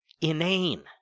inane